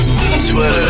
Twitter